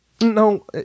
No